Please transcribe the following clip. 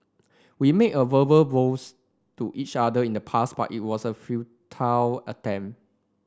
we made a verbal vows to each other in the past but it was a futile attempt